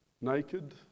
naked